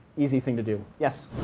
easy thing to do. yes.